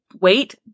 wait